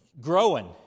growing